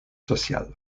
sociale